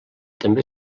també